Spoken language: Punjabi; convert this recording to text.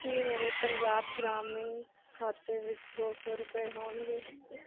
ਕੀ ਮੇਰੇ ਪੰਜਾਬ ਗ੍ਰਾਮੀਣ ਖਾਤੇ ਵਿੱਚ ਦੋ ਸੌ ਰੁਪਏ ਹੋਣਗੇ